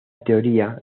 teoría